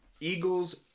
Eagles